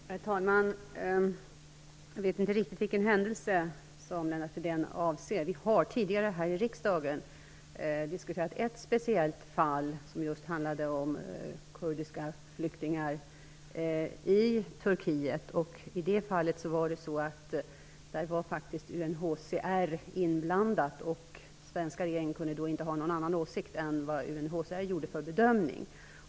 Herr talman! Jag vet inte riktigt vilken händelse som Lennart Fridén avser. Vi har tidigare här i riksdagen diskuterat ett speciellt fall, som just handlade om kurdiska flyktingar i Turkiet. I det fallet var UNHCR inblandat, och den svenska regeringen kunde då inte ha någon annan åsikt än den bedömning som UNHCR gjorde.